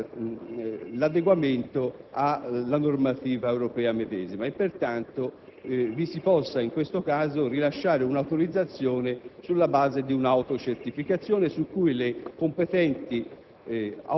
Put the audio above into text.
l'adeguamento alla normativa europea e si possa in questo caso rilasciare un'autorizzazione sulla base di un'autocertificazione su cui le competenti